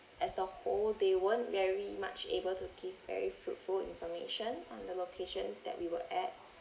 as a whole they weren't very much able to give very fruitful information on the locations that we were at